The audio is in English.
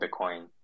Bitcoin